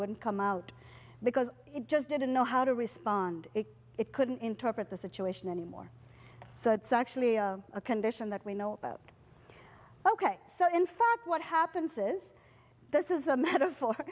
wouldn't come out because it just didn't know how to respond it couldn't interpret the situation any more so that's actually a condition that we know about ok so in fact what happens is this is a metaphor